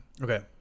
okay